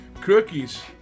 cookies